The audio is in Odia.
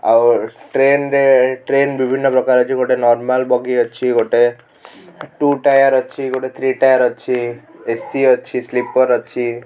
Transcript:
ଆଉ ଟ୍ରେନ୍ରେ ଟ୍ରେନ୍ ବିଭିନ୍ନ ପ୍ରକାର ଅଛି ଗୋଟେ ନର୍ମାଲ୍ ବଗି ଅଛି ଗୋଟେ ଟୁ ଟାୟାର୍ ଅଛି ଗୋଟେ ଥ୍ରୀ ଟାୟାର୍ ଅଛି ଏ ସି ଅଛି ସ୍ଲିପର୍ ଅଛି